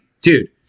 Dude